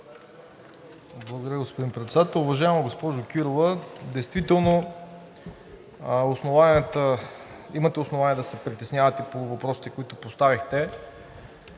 Благодаря, господин Председател. Уважаема госпожо Кирова, действително имате основание да се притеснявате по въпросите, които поставихте,